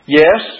yes